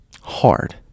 hard